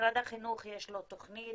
למשרד החינוך יש תוכנית,